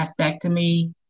mastectomy